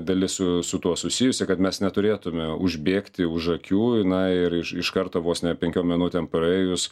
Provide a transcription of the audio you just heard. dalis su su tuo susijusi kad mes neturėtume užbėgti už akių na ir iš iš karto vos ne penkiom minutėm praėjus